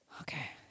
Okay